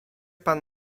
pan